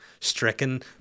stricken